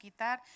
quitar